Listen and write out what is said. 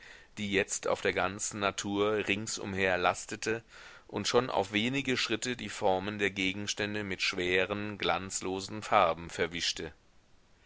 die jetzt auf der ganzen natur ringsumher lastete und schon auf wenige schritte die formen der gegenstände mit schweren glanzlosen farben verwischte